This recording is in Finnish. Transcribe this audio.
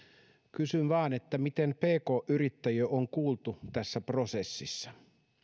kysyn vain miten pk yrittäjiä on kuultu tässä prosessissa